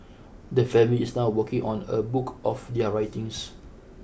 the family is now working on a book of their writings